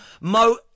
Mo